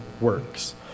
works